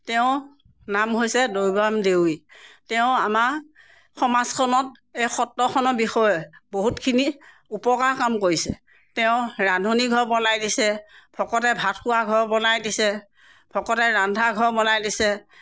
তেওঁ নাম হৈছে দৈবায়ন দেউৰী তেওঁ আমাৰ সমাজখনত এই সত্ৰখনৰ বিষয়ে বহুতখিনি উপকাৰ কাম কৰিছে তেওঁ ৰান্ধনী ঘৰ বনাই দিছে ভকতে ভাত খোৱা ঘৰ বনাই দিছে ভকতে ৰন্ধা ঘৰ বনাই দিছে